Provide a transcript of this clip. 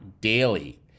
daily